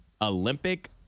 Olympic